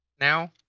now